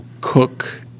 cook